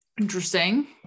interesting